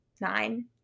nine